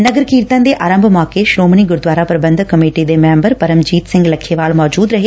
ਨਗਰ ਕੀਰਤਨ ਦੇ ਆਰੰਭ ਮੌਕੇ ਸ੍ਰੋਮਣੀ ਗੁਰਦੁਆਰਾ ਪ੍ਰਬੰਧਕ ਕਮੇਟੀ ਮੈਂਬਰ ਪਰਮਜੀਤ ਸਿੰਘ ਲੱਖੇਵਾਲ ਮੌਜੂਦ ਹੇ